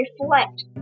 reflect